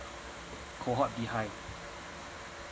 cohort behind